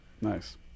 Nice